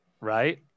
Right